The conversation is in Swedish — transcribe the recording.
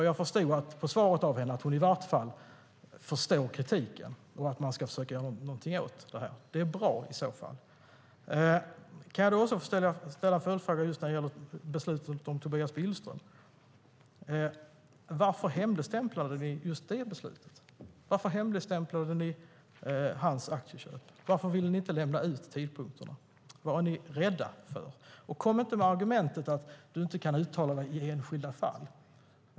Jag förstod på hennes svar att hon i varje fall förstår kritiken och att man ska försöka göra något åt detta. Det är i så fall bra. Jag vill också ställa en följdfråga när det gäller beslutet om Tobias Billström. Varför hemligstämplade ni just det beslutet? Varför hemligstämplade ni hans aktieköp? Varför ville ni inte lämna ut tidpunkterna? Vad var ni rädda för? Kom inte med argumentet att du inte kan uttala dig i enskilda fall.